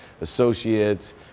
associates